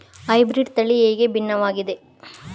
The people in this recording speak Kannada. ಹೈಬ್ರೀಡ್ ತಳಿ ಹೇಗೆ ಭಿನ್ನವಾಗಿದೆ?